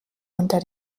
unter